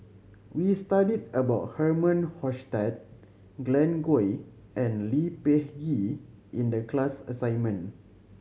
we studied about Herman Hochstadt Glen Goei and Lee Peh Gee in the class assignment